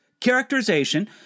characterization